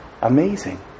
Amazing